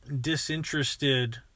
disinterested